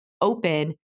open